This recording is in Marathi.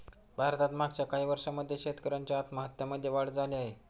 भारतात मागच्या काही वर्षांमध्ये शेतकऱ्यांच्या आत्महत्यांमध्ये वाढ झाली आहे